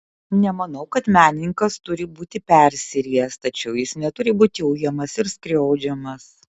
nemanau kad menininkas turi būti persirijęs tačiau jis neturi būti ujamas ir skriaudžiamas